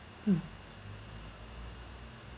mm